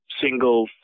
single